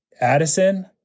Addison